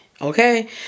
okay